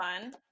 fun